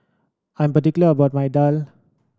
I'm particular about my daal